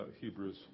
Hebrews